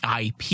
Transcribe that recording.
IP